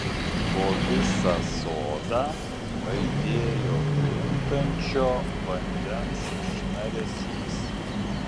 po visą sodą aidėjo krintančio vandens šnaresys